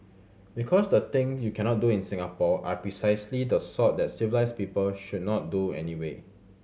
because the thing you cannot do in Singapore are precisely the sort that civilised people should not do anyway